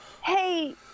hey